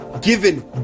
given